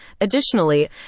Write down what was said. Additionally